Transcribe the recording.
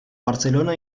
barcelona